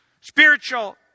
Spiritual